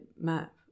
map